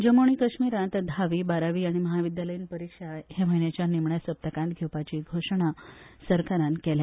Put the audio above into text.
जम्मू आनी कश्मीरांत धावी बारावी आनी म्हाविद्यालयीन परिक्षा ह्या म्हयन्याच्या निमण्या सप्तकांत घेवपाची घोशणा सरकारान केल्या